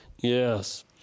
Yes